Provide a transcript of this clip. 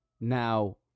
now